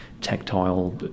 tactile